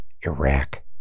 Iraq